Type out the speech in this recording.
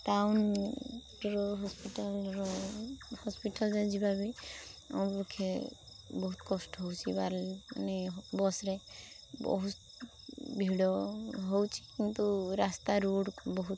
town ର ହସ୍ପିଟାଲ୍ର hospital ଯାଏଁ ଯିବା ପାଇଁ ବହୁତ କଷ୍ଟ ହେଉଛି ମାନେ ବସ୍ରେ ବହୁତ ଭିଡ଼ ହେଉଛି କିନ୍ତୁ ରାସ୍ତା ରୋଡ଼ ବହୁତ